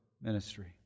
ministry